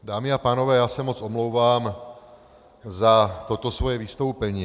Dámy a pánové, já se moc omlouvám za toto svoje vystoupení.